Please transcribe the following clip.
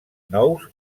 nous